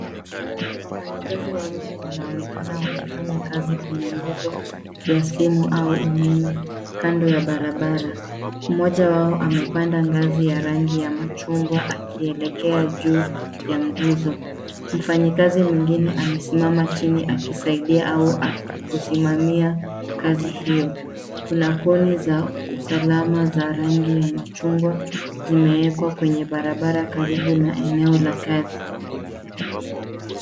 Wafanyikazi wawili wanaonekana wakifanya kazi kwenye nguzo ya simu au umeme, kando ya barabara. Mmoja wao amepanda ngazi ya rangi ya machungwa akielekea juu ya nguzo. Mfanyikazi mwingine amesimama chini akisaidia au kusimamia kazi hiyo. Kuna koni za usalama za rangi ya machungwa zimeekwa kwenye barabara karibu na eneo la kazi.